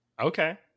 Okay